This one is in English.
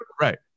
Right